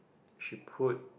she put